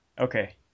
Okay